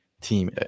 team